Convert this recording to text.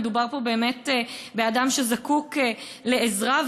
אלא באדם שזקוק לעזרה,